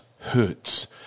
hurts